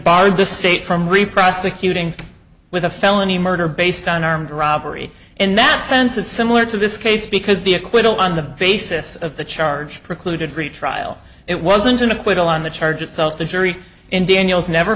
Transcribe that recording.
barred the state from reprosecute ing with a felony murder based on armed robbery in that sense it's similar to this case because the acquittal on the basis of the charge precluded retrial it wasn't an acquittal on the charge itself the jury in daniels never